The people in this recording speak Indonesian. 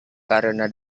karena